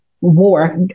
war